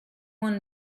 one